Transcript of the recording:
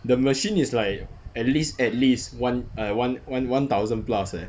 the machine is like at least at least one eh one one one thousand plus leh